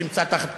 שנמצא תחת כיבוש.